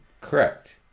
correct